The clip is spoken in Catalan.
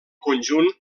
conjunt